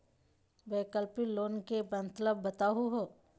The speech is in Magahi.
वैकल्पिक लोन के मतलब बताहु हो?